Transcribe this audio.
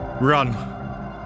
Run